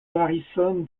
harrison